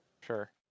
Sure